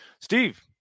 Steve